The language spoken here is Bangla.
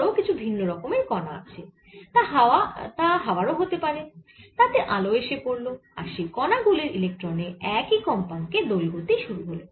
ধরো কিছু ভিন্ন রকমের কণা আছে তা হাওয়ার হতে পারে তাতে আলো এসে পড়ল আর সেই কণা গুলির ইলেক্ট্রনে একই কম্পাঙ্কে দোলগতি শুরু হল